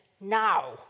now